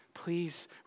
please